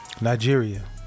nigeria